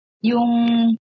yung